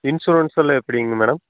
insurance எல்லாம் எப்படிங்க madam